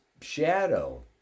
shadow